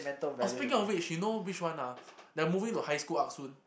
oh speaking of which you know which one ah the movie to high school arc soon